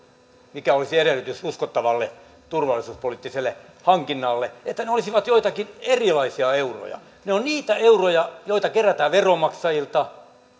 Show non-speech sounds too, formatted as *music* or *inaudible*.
mikä olisi edellytys uskottavalle turvallisuuspoliittiselle hankinnalle olisivat joitakin erilaisia euroja ne ovat niitä euroja joita kerätään veronmaksajilta *unintelligible*